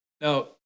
Now